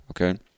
okay